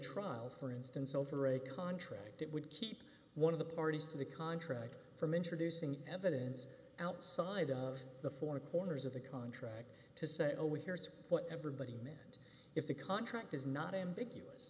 trial for instance over a contract it would keep one of the parties to the contract from introducing evidence outside of the four corners of the contract to say oh we're here to put everybody meant if the contract is not ambiguous